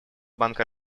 банка